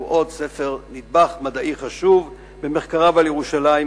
שהוא עוד נדבך מדעי חשוב במחקריו על ירושלים,